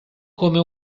come